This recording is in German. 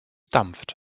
dampft